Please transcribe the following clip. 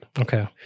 Okay